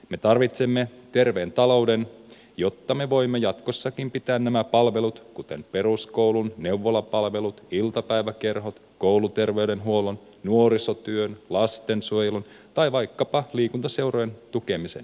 me tarvitsemme terveen talouden jotta me voimme jatkossakin pitää nämä palvelut kuten peruskoulun neuvolapalvelut iltapäiväkerhot kouluterveydenhuollon nuorisotyön lastensuojelun tai vaikkapa liikuntaseurojen tukemisen pyörimässä